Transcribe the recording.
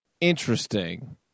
interesting